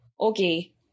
okay